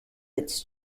its